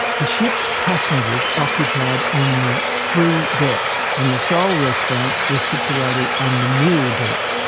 the ship's passengers occupied only three decks, and the sole restaurant was situated on the middle deck,